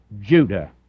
Judah